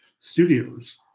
studios